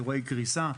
לאירועי קריסה,